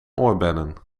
oorbellen